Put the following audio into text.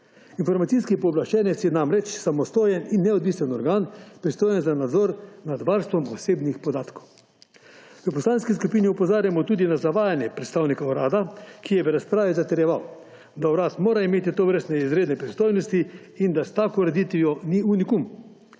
Informacijski pooblaščenec je namreč samostojen in neodvisen organ, pristojen za nadzor nad varstvom osebnih podatkov. V poslanski skupini opozarjamo tudi na zavajanje predstavnika urada, ki je v razpravi zatrjeval, da urad mora imeti tovrstne izredne pristojnosti in da s tako ureditvijo ni unikum.